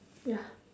ya